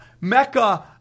mecca